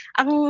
ang